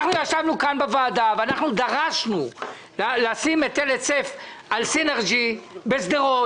אנחנו ישבנו כאן בוועדה ודרשנו לשים היטל היצף על סינרג'י בשדרות,